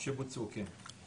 שבוצעו, כן.